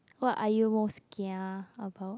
what are you most kia about